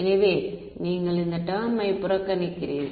எனவே நீங்கள் இந்த டெர்ம் யை புறக்கணிக்கிறீர்கள்